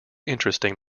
interesting